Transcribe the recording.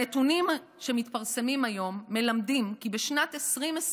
הנתונים שמתפרסמים היום מלמדים כי בשנת 2020